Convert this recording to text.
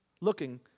looking